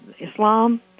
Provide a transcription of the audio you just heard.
Islam